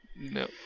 No